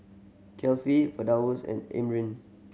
Kefli Firdaus and Amrin